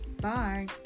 Bye